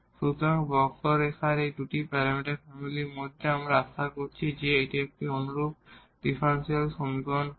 সুতরাং কার্ভ এর এই দুটি প্যারামিটার ফ্যামিলিের মধ্যে আমরা আশা করছি যে এটি একটি অনুরূপ ডিফারেনশিয়াল সমীকরণ হবে